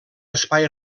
espai